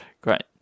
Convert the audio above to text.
Great